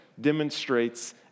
demonstrates